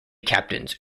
captains